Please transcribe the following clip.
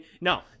No